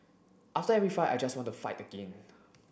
after every fight I just want to fight again